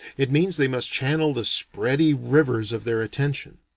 it means they must channel the spready rivers of their attention.